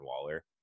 Waller